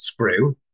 sprue